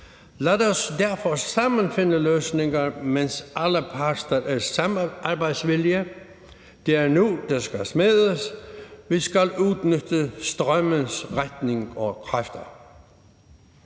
Lad os derfor sammen finde løsninger, mens alle parter er samarbejdsvillige. Det er nu, der skal smedes; vi skal udnytte strømmens retning og kræfter.